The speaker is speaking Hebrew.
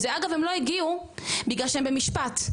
אגב, הם לא הגיעו בגלל שהם במשפט.